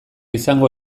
izango